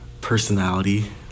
personality